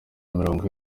mirongo